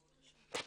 מה רצית לומר?